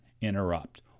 interrupt